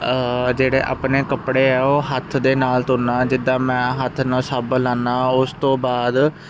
ਜਿਹੜੇ ਆਪਣੇ ਕੱਪੜੇ ਆ ਉਹ ਹੱਥ ਦੇ ਨਾਲ ਧੋਨਾ ਜਿੱਦਾਂ ਮੈਂ ਹੱਥ ਨਾਲ ਸਾਬਣ ਲਾਨਾ ਉਸ ਤੋਂ ਬਾਅਦ